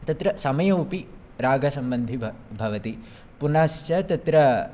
तत्र समयोपि रागसम्बन्धी भवति पुनश्च तत्र